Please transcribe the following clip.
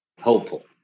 hopeful